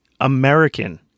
American